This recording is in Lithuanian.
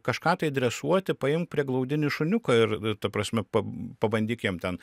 kažką tai dresuoti paimk prieglaudinį šuniuką ir ta prasme pa pabandyk jam ten